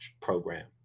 program